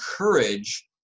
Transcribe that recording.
encourage